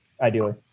Ideally